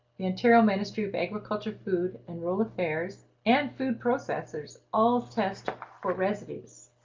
the ontario ministry of agriculture, food and rural affairs and food processors all test for residues.